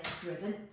driven